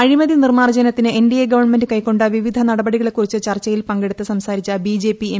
അഴിമതി നിർമ്മാർജ്ജനത്തിന് NDA government കൈക്കൊണ്ട വിവിധ നടപടികളെക്കുറിച്ച് ചർച്ചയിൽ പങ്കെടുത്ത് സംസാരിച്ചു ബിജെപി എം